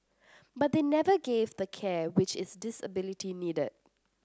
but they never gave the care which its disability needed